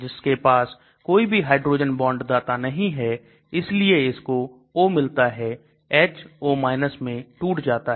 जिसके पास कोई भी हाइड्रोजन बॉन्ड दाता नहीं है इसलिए O H O में टूट जाता है